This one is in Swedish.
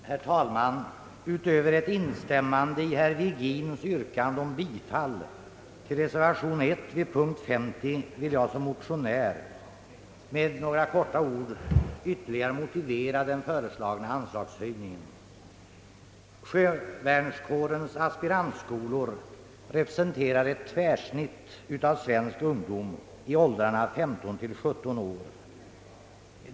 Herr talman! Utöver ett instämmande i herr Virgins yrkande om bifall till reservation nr 1 vid punkten 50 vill jag såsom motionär med några få ord ytterligare motivera den föreslagna anslagshöjningen. Sjövärnskårens aspirantskolor representerar ett tvärsnitt av svensk ungdom i åldrarna 15—17 år.